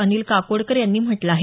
अनिल काकोडकर यांनी म्हटलं आहे